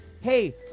hey